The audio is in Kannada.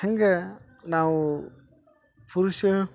ಹೆಂಗೆ ನಾವು ಪುರುಷ